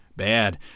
Bad